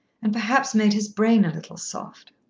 and perhaps made his brain a little soft.